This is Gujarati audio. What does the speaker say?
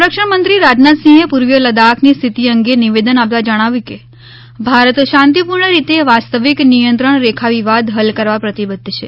સંરક્ષણ મંત્રી રાજનાથસીંહે પુર્વીય લદાખની સ્થિતિ અંગે નિવેદન આપતાં જણાવ્યું કે ભારત શાંતીપુર્ણ રીતે વાસ્તવિક નિયંત્રણ રેખા વિવાદ હલ કરવા પ્રતિબધ્ધ છે